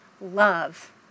love